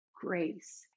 grace